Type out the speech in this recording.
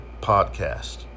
Podcast